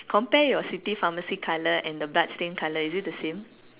compare your city pharmacy colour and you blood stain colour is it the same